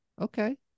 Okay